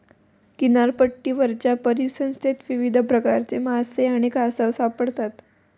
किनारपट्टीवरच्या परिसंस्थेत विविध प्रकारचे मासे आणि कासव सापडतात